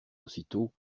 aussitôt